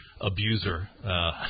Abuser